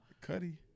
Cuddy